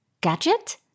gadget